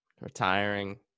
retiring